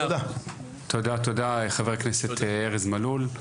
תודה, חבר הכנסת ארז מלול.